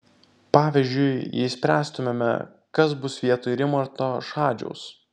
pavyzdžiui jei spręstumėme kas bus vietoj rimanto šadžiaus